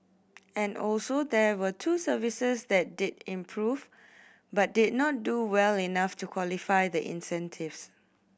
and also there were two services that did improve but did not do well enough to qualify the incentives